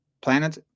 Planet